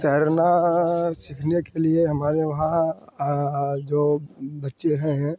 तैरना सीखने के लिए हमारे वहाँ जो बच्चे हैं